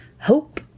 hope